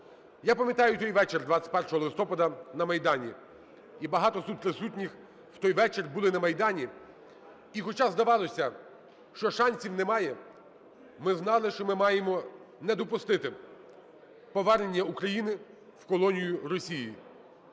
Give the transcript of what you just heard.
Я пам'ятаю той вечір 21 листопада на Майдані, і багато з тут присутніх в той вечір були на Майдані і, хоча здавалося, що шансів немає, ми знали, що ми маємо не допустити повернення України в колонію Росії.